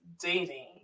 dating